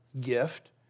gift